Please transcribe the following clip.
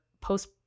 post